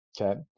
Okay